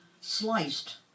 sliced